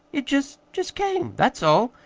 it jest jest came. that's all.